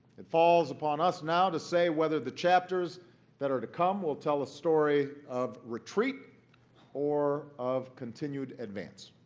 it falls upon us now to say whether the chapters that are to come will tell a story of retreat or of continued advance.